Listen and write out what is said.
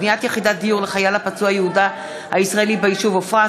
בניית יחידת דיור לחייל הפצוע יהודה הישראלי ביישוב עפרה,